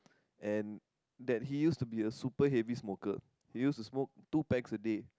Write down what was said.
and that he used to be a super heavy smoker he used to smoke two packs a day